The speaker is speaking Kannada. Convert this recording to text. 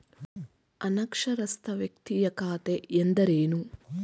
ಅನಕ್ಷರಸ್ಥ ವ್ಯಕ್ತಿಯ ಖಾತೆ ಎಂದರೇನು?